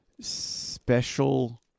special